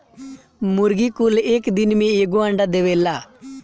मुर्गी कुल एक दिन में एगो अंडा देवेला